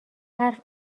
حرف